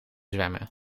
zwemmen